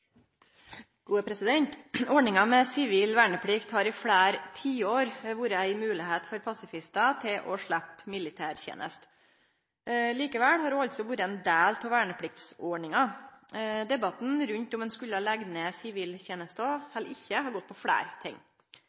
Ordninga med sivil verneplikt har i fleire tiår vore ei moglegheit for pasifistar til å sleppe militærteneste. Likevel har ho altså vore ein del av vernepliktsordninga. Debatten om ein skulle leggje ned siviltenesta eller ikkje, har gått på fleire ting